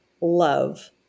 love